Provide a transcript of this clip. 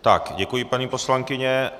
Tak, děkuji, paní poslankyně.